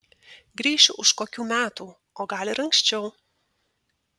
grįšiu už kokių metų o gal ir anksčiau